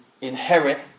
inherit